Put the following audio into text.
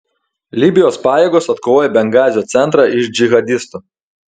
libijos pajėgos atkovojo bengazio centrą iš džihadistų